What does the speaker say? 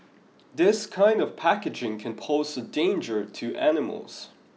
this kind of packaging can pose a danger to animals